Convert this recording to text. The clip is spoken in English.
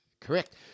Correct